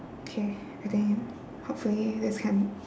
K I think hopefully this can